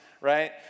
right